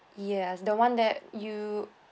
ya the one that you